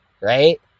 right